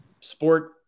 sport